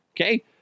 okay